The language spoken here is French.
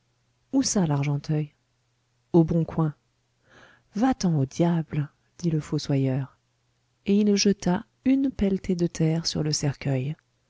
où ça l'argenteuil au bon coing va-t'en au diable dit le fossoyeur et il jeta une pelletée de terre sur le cercueil